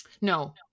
no